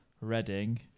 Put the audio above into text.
Reading